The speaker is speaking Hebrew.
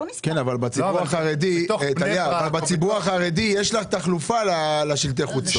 אבל בציבור החרדי יש תחלופה לשלטי החוצות.